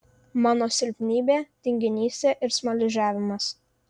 mano silpnybė tinginystė ir smaližiavimas